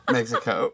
Mexico